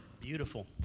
beautiful